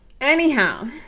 anyhow